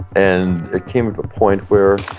and it came to point where